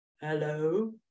hello